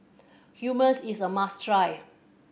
hummus is a must try